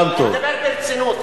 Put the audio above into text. אמרתי שאם קדימה תמשיך בדרך הזאת,